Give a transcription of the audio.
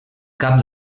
cap